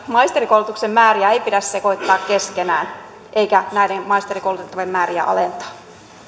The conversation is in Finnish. maisterikoulutuksen määriä ei pidä sekoittaa keskenään eikä näiden maisterikoulutettavien määriä alentaa